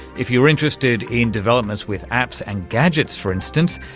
if you're interested in developments with apps and gadgets, for instance,